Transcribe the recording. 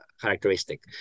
characteristic